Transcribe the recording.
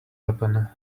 happen